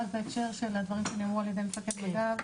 רק בהקשר לדברים שנאמרו על ידי מפקד מג"ב.